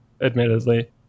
admittedly